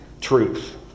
truth